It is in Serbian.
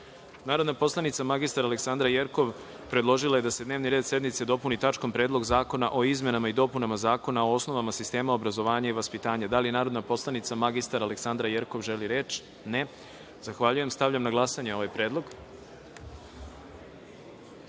predlog. Narodna poslanica mr Aleksandra Jerkov predložila je da se dnevni red sednice dopuni tačkom – Predlog zakona o izmenama i dopunama Zakona o osnovama sistema obrazovanja i vaspitanja. Da li narodna poslanica, mr Aleksandra Jerkov, želi reč? (Ne)Zahvaljujem. Stavljam na glasanje ovaj